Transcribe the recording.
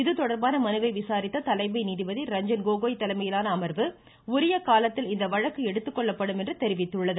இதுதொடர்பான மனுவை விசாரித்த தலைமை நீதிபதி ரஞ்சன் கோகோய் தலைமையிலான அமர்வு உரிய காலத்தில் இந்த வழக்கு எடுத்துக்கொள்ளப்படும் என்று தெரிவித்துள்ளது